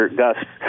gusts